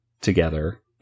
together